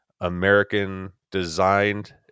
American-designed